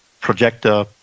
projector